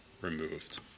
removed